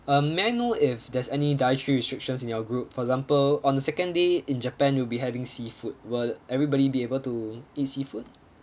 um may I know if there's any dietary restrictions in your group for example on the second day in japan you'll be having seafood will everybody be able to eat seafood